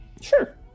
sure